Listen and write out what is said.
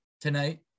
tonight